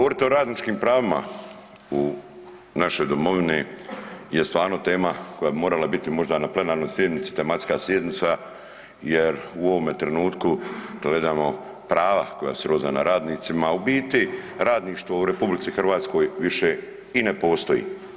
o radničkim pravima u našoj domovini je stvarno tema koja bi morala biti na plenarnoj sjednici tematska sjednica jer u ovome trenutku gledamo prava koja su srozana radnicima, a u biti radništvo u RH više i ne postoji.